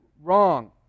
Wrong